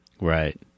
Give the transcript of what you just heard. Right